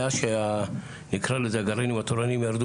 מאז שהגרעינים התורניים,